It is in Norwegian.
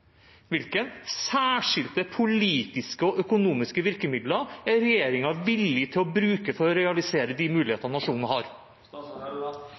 særskilte politiske og økonomiske virkemidler er regjeringen villig til å bruke for å bruke for å realisere de mulighetene dette området har?